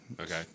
Okay